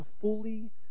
fully